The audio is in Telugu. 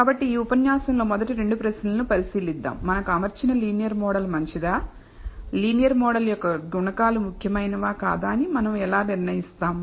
కాబట్టి ఈ ఉపన్యాసంలో మొదటి రెండు ప్రశ్నలను పరిశీలిద్దాం మనకు అమర్చిన లీనియర్ మోడల్ మంచిదా లీనియర్ మోడల్ యొక్క గుణకాలు ముఖ్యమైనవా కాదా అని మనం ఎలా నిర్ణయిస్తాం